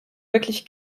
wirklich